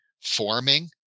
forming